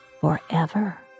forever